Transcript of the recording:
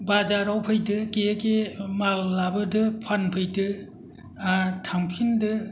बाजाराव फैदो गे गे माल लाबोदो फानफैदो आरो थांफिनदो